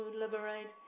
liberate